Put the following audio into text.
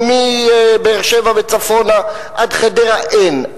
או מבאר-שבע וצפונה עד חדרה אין.